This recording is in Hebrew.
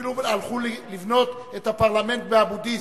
אפילו הלכו לבנות את הפרלמנט באבו-דיס,